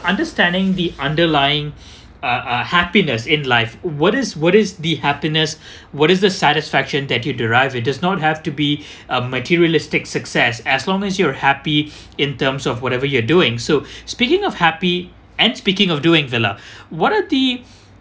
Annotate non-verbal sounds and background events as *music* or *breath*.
understanding the underlying *breath* uh uh happiness in life what is what is the happiness what is the satisfaction that you derived it does not have to be a materialistic success as long as you're happy in terms of whatever you are doing so speaking of happy and speaking of doing vella what are the